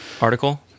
article